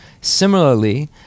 Similarly